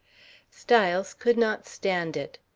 styles could not stand it.